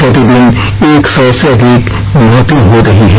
प्रतिदिन एक सौ से अधिक मौतें हो रही हैं